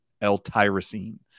L-tyrosine